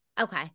Okay